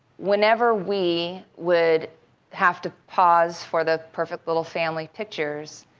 whenever we would have to pause for the perfect little family pictures,